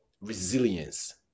resilience